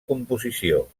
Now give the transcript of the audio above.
composició